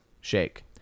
shake